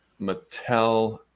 Mattel